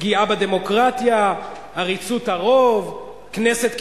פגיעה בדמוקרטיה, עריצות הרוב, כנסת קיצונית,